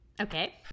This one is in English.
okay